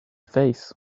face